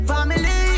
Family